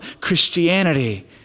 Christianity